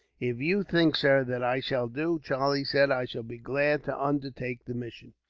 if you think, sir, that i shall do, charlie said i shall be glad to undertake the mission.